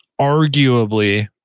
arguably